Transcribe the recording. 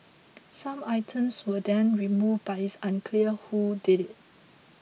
some items were then removed but it's unclear who did it